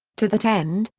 to that end,